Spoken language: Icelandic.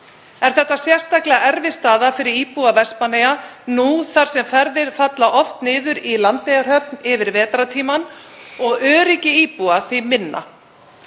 Er þetta sérstaklega erfið staða fyrir íbúa Vestmannaeyja nú þar sem ferðir falla oft niður í Landeyjahöfn yfir vetrartímann og öryggi íbúa því minna.